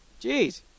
jeez